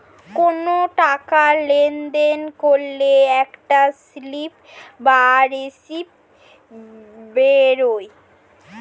কোনো টাকা লেনদেন করলে একটা স্লিপ বা রসিদ বেরোয়